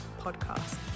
Podcast